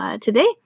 today